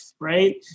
right